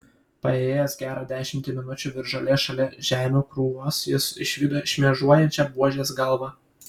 paėjėjęs gerą dešimtį minučių virš žolės šalia žemių krūvos jis išvydo šmėžuojančią buožės galvą